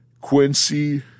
Quincy